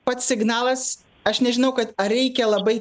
pats signalas aš nežinau kad ar reikia labai